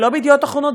ולא ב"ידיעות אחרונות",